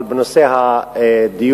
אבל בנושא הדיור